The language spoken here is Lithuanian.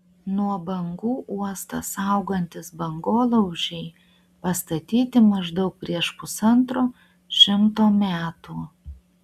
nuo bangų uostą saugantys bangolaužiai pastatyti maždaug prieš pusantro šimto metų